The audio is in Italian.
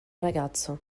ragazzo